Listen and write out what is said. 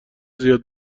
زیاد